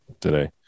today